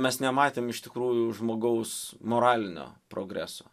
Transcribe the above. mes nematėm iš tikrųjų žmogaus moralinio progreso